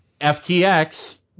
FTX